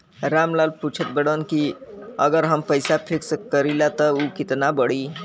राम लाल पूछत बड़न की अगर हम पैसा फिक्स करीला त ऊ कितना बड़ी?